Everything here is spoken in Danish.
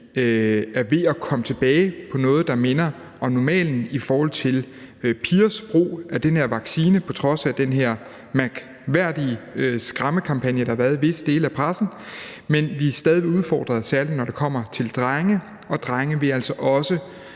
er ved at komme tilbage på noget, der minder om normalen i forhold til pigers brug af den her vaccine på trods af den mærkværdige skræmmekampagne, der har været i visse dele af pressen. Men vi er stadig udfordret, særlig når det kommer til drenge. Og drenge vil altså også